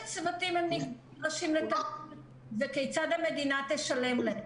צוותים הם נדרשים לתגבר וכיצד המדינה תשלם להם.